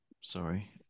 Sorry